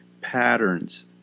patterns